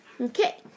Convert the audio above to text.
Okay